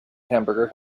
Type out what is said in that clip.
hamburger